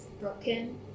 broken